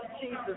Jesus